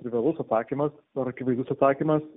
trivialus atsakymas ar akivaizdus atsakymas